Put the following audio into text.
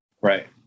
Right